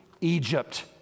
Egypt